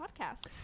podcast